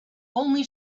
only